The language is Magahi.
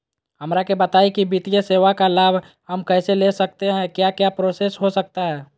हमरा के बताइए की वित्तीय सेवा का लाभ हम कैसे ले सकते हैं क्या क्या प्रोसेस हो सकता है?